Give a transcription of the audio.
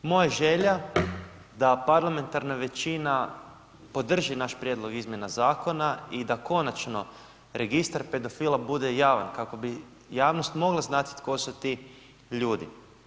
Moja je želja da parlamentarna većina podrži naš prijedlog izmjena zakona i da konačno registar pedofila bude javan kako bi javnost mogla znati tko su ti ljudi.